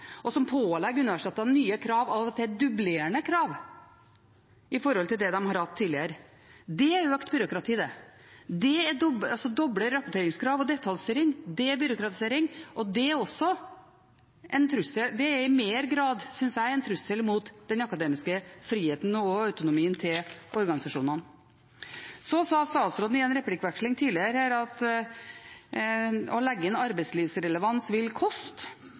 og myndighetsorganer, og som pålegger universitetene nye krav og av og til en dublering av krav i forhold til det de har hatt tidligere. Det er økt byråkrati, det. Doble rapporteringskrav og detaljstyring er byråkratisering, og det er, synes jeg, i større grad en trussel mot den akademiske friheten og autonomien til organisasjonene. Så sa statsråden i en replikkveksling tidligere her at å legge inn arbeidslivsrelevans vil koste.